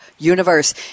Universe